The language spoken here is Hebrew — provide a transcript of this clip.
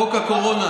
חוק הקורונה,